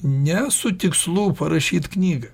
ne su tikslu parašyt knygą